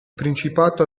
principato